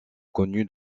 connu